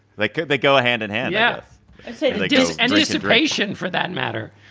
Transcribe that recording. like they go ah hand in hand yeah with so like yeah anticipation for that matter.